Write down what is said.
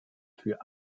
für